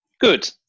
Good